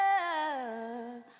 love